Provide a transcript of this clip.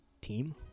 team